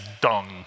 dung